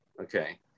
okay